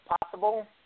possible